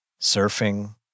Surfing